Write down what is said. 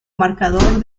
marcador